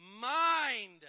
Mind